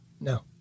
No